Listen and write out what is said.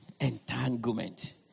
Entanglement